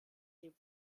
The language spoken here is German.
die